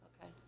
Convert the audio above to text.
Okay